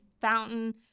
fountain